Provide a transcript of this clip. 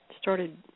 started